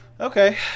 Okay